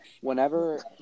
whenever